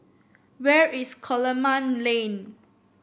where is Coleman Lane